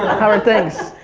how are things?